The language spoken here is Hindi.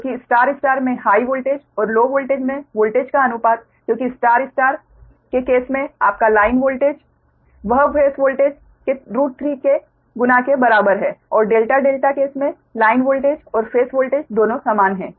क्योंकि स्टार स्टार में हाइ वोल्टेज और लो वोल्टेज में वोल्टेज का अनुपात क्योंकि स्टार स्टार के केस मे आपका लाइन वोल्टेज वह फेस वोल्टेज के √3 गुना के बराबर है और डेल्टा डेल्टा केस मे लाइन वोल्टेज और फेस वोल्टेज दोनों समान हैं